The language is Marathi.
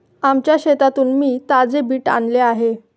आमच्या शेतातून मी ताजे बीट आणले आहे